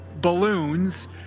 balloons